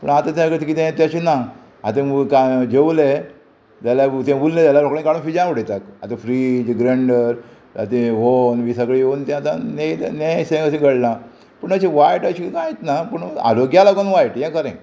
पूण आतां तें कितें तशें ना आतां काय जेवले जाल्यार तें उरलें जाल्यार रोखडें काडून फ्रिजांत उडयतात आतां फ्रीज ग्रांयडर अतें ऑव्हन बी सगळें येवन तें आतां नेयेशें अशें घडलां पूण तशें वायट अशें कांयच ना पूण आरोग्या लागून वायट हें खरें